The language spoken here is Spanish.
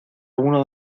uno